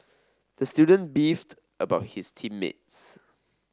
the student beefed about his team mates